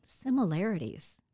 similarities